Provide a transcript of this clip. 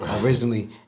originally